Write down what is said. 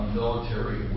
military